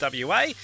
WA